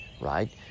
right